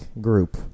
group